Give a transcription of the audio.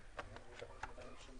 לגיטימי